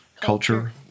culture